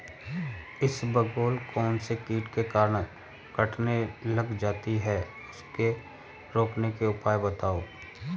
इसबगोल कौनसे कीट के कारण कटने लग जाती है उसको रोकने के उपाय बताओ?